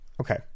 okay